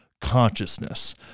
consciousness